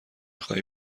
خوای